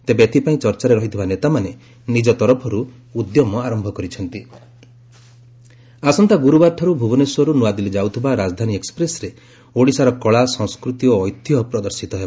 ତେବେ ଏଥିପାଇଁ ଚର୍ଚାରେ ରହିଥିବା ନେତାମାନେ ନିଜ ତରଫରୁ ଉଦ୍ୟମ ଆର ରାଜଧାନୀ ଏକ୍ନପ୍ରେସ୍ ଆସନ୍ତା ଗୁରୁବାରଠାରୁ ଭୁବନେଶ୍ୱରରୁ ନୂଆଦିଲ୍ଲୀ ଯାଉଥିବା ରାଜଧାନୀ ଏକ୍ପ୍ରେସ୍ରେ ଓଡ଼ିଶାର କଳା ସଂସ୍କୃତି ଓ ଐତିହ୍ୟ ପ୍ରଦର୍ଶିତ ହେବ